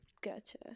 Gotcha